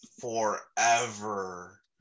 forever